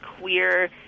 queer